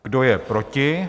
Kdo je proti?